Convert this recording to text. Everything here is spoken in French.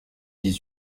dix